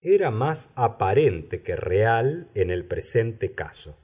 era más aparente que real en el presente caso